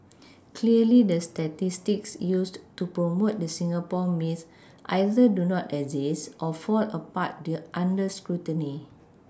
clearly the statistics used to promote the Singapore myth either do not exist or fall apart under scrutiny